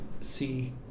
see